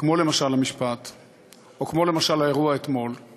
כמו בשבוע שעבר, התברר שלצה"ל יש הרבה מפקדים.